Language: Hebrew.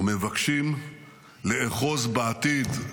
ומבקשים לאחוז בעתיד,